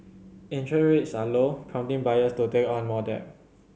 interest rates are low prompting buyers to take on more debt